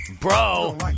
Bro